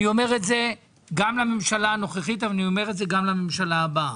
אני אומר את זה גם לממשלה הנוכחית אבל אני אומר את זה גם לממשלה הבאה.